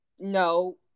No